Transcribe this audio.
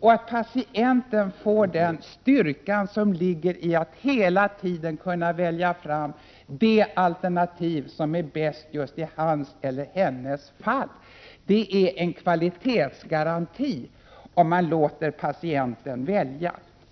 och att patienten får den styrka som ligger däri att patienten hela tiden kan välja det alternativ som är bäst just i hans eller hennes fall. Det innebär en kvalitetsgaranti, om man låter patienten välja.